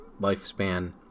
lifespan